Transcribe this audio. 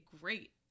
great